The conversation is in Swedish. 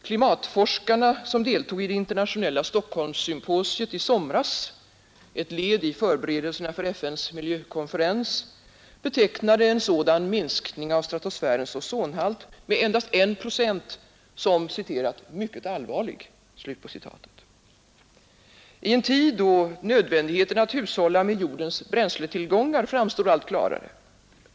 Klimatforskarna vid det internationella Stockholmssymposiet i somras — ett led i förberedelserna för FN:s miljökonferens — betecknade en sådan minskning av stratosfärens ozonhalt med endast 1 procent som ”mycket allvarlig ”. I en tid då nödvändigheten att hushålla med jordens bränsletillgangar framstar allt klarare.